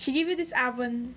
she give you this oven